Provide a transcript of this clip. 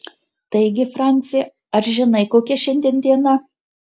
taigi franci ar žinai kokia šiandien diena